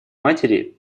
матери